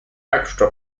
extra